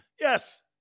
Yes